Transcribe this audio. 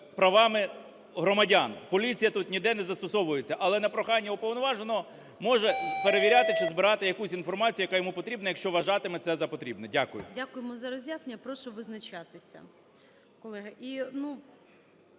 правами громадян. Поліція тут ніде не застосовується, але на прохання уповноваженого може перевіряти чи збирати якусь інформацію, яка йому потрібна, якщо вважатиме це за потрібне. Дякую. ГОЛОВУЮЧИЙ. Дякуємо за роз'яснення. Прошу визначатися,